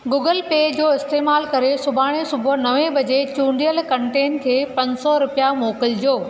Google pay जो इस्तेमाल करे सुभाणे सुबुह नवें बजे चूंडियल कंटैक्ट खे पंज सौ रुपिया मोकिलिजो